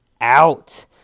out